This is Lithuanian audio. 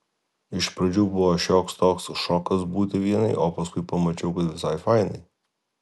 iš pradžių buvo šioks toks šokas būti vienai o paskui pamačiau kad visai fainai